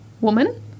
woman